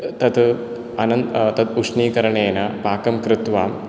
तद् उष्णीकरणेन पाकं कृत्वा